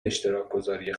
اشتراکگذاری